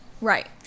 Right